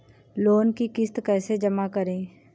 Loan की किश्त कैसे जमा करें?